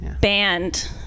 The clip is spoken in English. banned